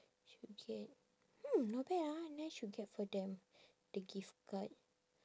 should get hmm not bad ah then I should get for them the gift card